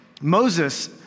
Moses